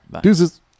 deuces